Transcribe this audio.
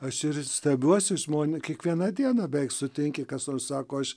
aš ir stebiuosi žmonių kiekvieną dieną beveik sutinki kas nors sako aš